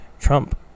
Trump